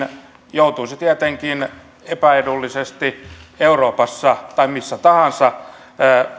joutuisi tietenkin epäedullisesti euroopassa tai missä tahansa